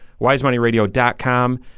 wisemoneyradio.com